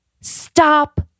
stop